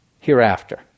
hereafter